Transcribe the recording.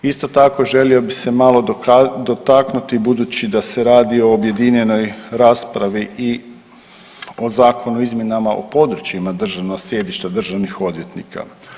Isto tako želio bi se malo dotaknuti budući da se radi o objedinjenoj raspravi i o Zakonu o izmjenama u područjima državnog sjedišta državnih odvjetnika.